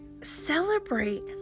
celebrate